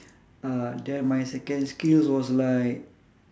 uh then my second skill was like